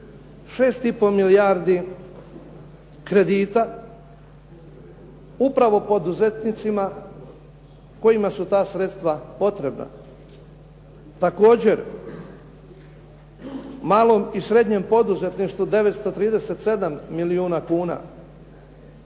pol milijardi kredita upravo poduzetnicima kojima su ta sredstva potrebna. Također, malom i srednjem poduzetništvu 937 milijuna kuna.